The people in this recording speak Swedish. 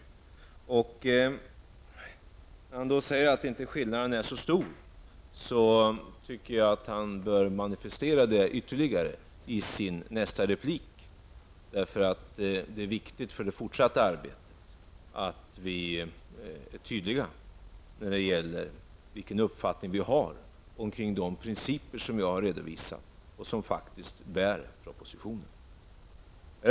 När Carl-Johan Wilson säger att skillnaden inte är så stor, tycker jag att han bör manifestera detta ytterligare i sin nästa replik. Det är viktigt för det fortsatta arbetet att vi är tydliga när det gäller vilken uppfattning vi har beträffande de principer som jag har redovisat och som faktiskt bär upp propositionen.